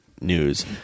news